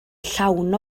llawn